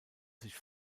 sich